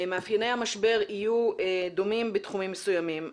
מאפייני המשבר יהיו דומים בתחומים מסוימים,